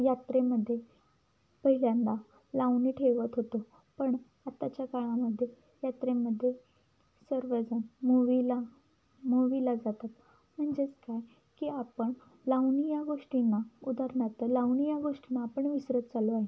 यात्रेमध्ये पहिल्यांदा लावणी ठेवत होतो पण आत्ताच्या काळामध्ये यात्रेमध्ये सर्वजण मुवीला मूवीला जातात म्हणजेच काय की आपण लावणी या गोष्टींना उदाहरणार्थ लावणी या गोष्टींना आपण विसरत चाललो आहे